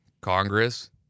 Congress